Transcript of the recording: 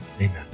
amen